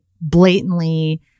blatantly